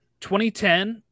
2010